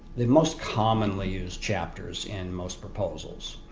the most commonly used chapters in most proposals.